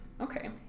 Okay